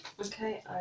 Okay